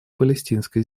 палестинской